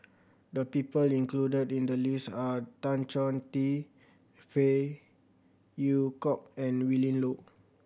the people included in the list are Tan Choh Tee Phey Yew Kok and Willin Low